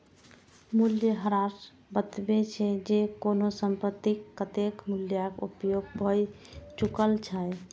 मूल्यह्रास बतबै छै, जे कोनो संपत्तिक कतेक मूल्यक उपयोग भए चुकल छै